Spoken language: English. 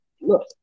Look